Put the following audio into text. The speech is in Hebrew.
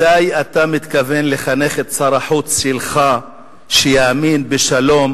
מתי אתה מתכוון לחנך את שר החוץ שלך שיאמין בשלום,